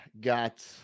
got